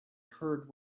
heard